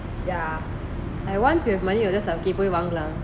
like once you have money you will just like பொய் வாங்கலாம்:poi vangalam lah